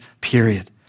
period